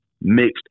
mixed